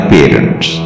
Parents